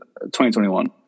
2021